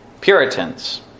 Puritans